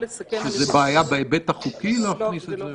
איזו בעיה בהיבט החוקי להכניס את זה.